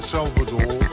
Salvador